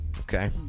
okay